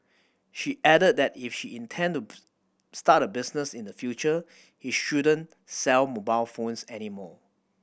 she added that if she intend to start a business in the future he shouldn't sell mobile phones any more